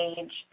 age